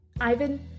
Ivan